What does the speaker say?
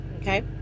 Okay